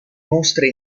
mostre